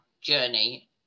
journey